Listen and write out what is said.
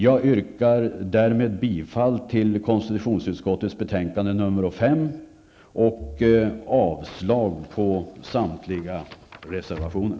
Jag yrkar härmed bifall till utskottets hemställan i konstitutionsutskottets betänkande nr 5 och avslag på samtliga reservationer.